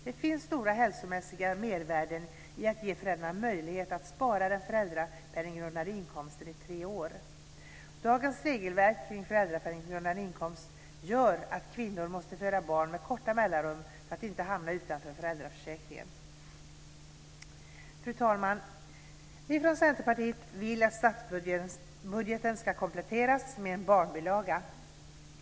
Det finns stora hälsomässiga mervärden i att ge föräldrarna möjlighet att spara den föräldrapenninggrundande inkomsten i tre år. Dagens regelverk kring föräldrapenninggrundande inkomst gör att kvinnor måste föda barn med korta mellanrum för att inte hamna utanför föräldraförsäkringen. Fru talman! Vi från Centerpartiet vill att statsbudgeten ska kompletteras med en barnbilaga.